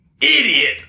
idiot